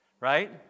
Right